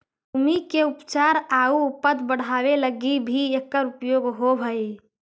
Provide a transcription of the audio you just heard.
भूमि के उपचार आउ उपज बढ़ावे लगी भी एकर उपयोग होवऽ हई